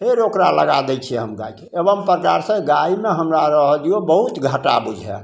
फेर ओकरा हम लगा दै छी गायके एवम प्रकारसँ गायमे हमरा रहऽ दियौ बहुत घाटा बुझायल